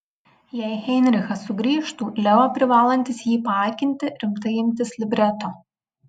jei heinrichas sugrįžtų leo privalantis jį paakinti rimtai imtis libreto